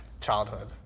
childhood